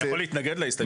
להתנגד להסתייגות?